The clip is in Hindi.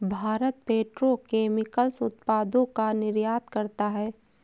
भारत पेट्रो केमिकल्स उत्पादों का निर्यात करता है